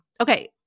okay